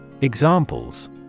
Examples